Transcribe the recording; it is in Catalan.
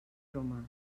bromes